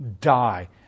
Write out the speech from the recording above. die